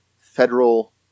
federal